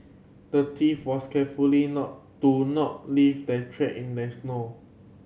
the thief was carefully not to not leave the track in the snow